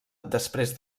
després